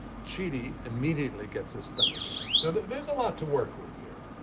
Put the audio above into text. chidi immediately gets a stomachache. so there's a lot to work with here.